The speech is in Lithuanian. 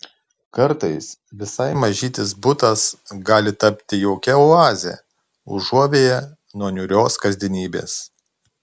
kartais visai mažytis butas gali tapti jaukia oaze užuovėja nuo niūrios kasdienybės